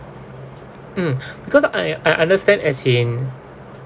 mm because I I understand as in